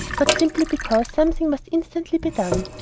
but simply because something must instantly be done.